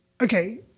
okay